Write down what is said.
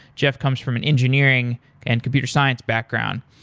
geoff comes from an engineering and computer science background.